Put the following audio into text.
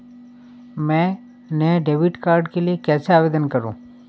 मैं नए debit card के लिए कैसे आवेदन करूं?